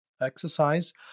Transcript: exercise